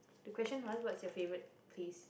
the question was what's your favourite place